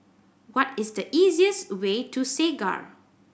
what is the easiest way to Segar